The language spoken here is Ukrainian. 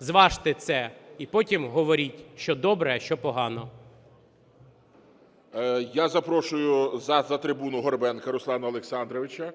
Зважте це і потім говоріть, що добре, а що погано. ГОЛОВУЮЧИЙ. Я запрошую за трибуну Горбенка Руслана Олександровича.